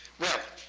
well,